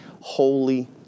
holy